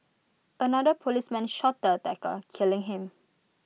another policeman shot the attacker killing him